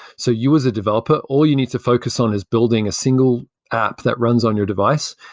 so you as a developer all you need to focus on is building a single app that runs on your device,